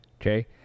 okay